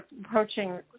approaching